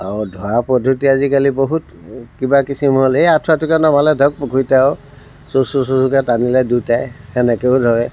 আৰু ধৰা পদ্ধতি আজিকালি বহুত কিবা কিচিম হ'ল এই আঁঠুৱাটোকে নমালে ধৰক পুখুৰীতে আৰু চু চু চু চুকৈ টানিলে দুটাই সেনেকৈও ধৰে